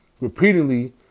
repeatedly